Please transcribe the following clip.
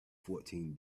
fourteen